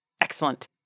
Excellent